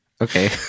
Okay